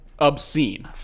obscene